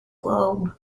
globe